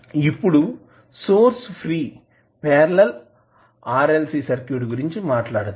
ఇప్పుడు source free parallel RLC circuit గురించి మాట్లాడుదాం